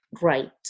right